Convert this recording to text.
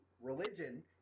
religion